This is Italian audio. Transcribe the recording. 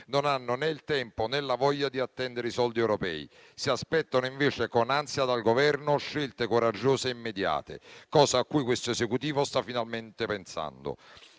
non hanno né tempo, né la voglia di attendere i soldi europei. Si aspettano invece con ansia dal Governo scelte coraggiose e immediate, cosa a cui questo Esecutivo sta finalmente pensando.